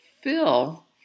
Fill